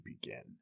begin